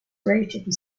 rating